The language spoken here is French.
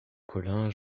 collin